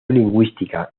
lingüística